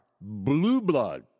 blue-blood